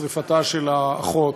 שרפתה של האחות.